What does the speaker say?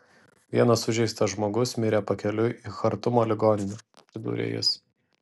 vienas sužeistas žmogus mirė pakeliui į chartumo ligonę pridūrė jis